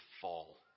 fall